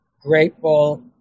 grateful